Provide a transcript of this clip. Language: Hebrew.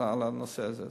על הנושא הזה.